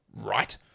right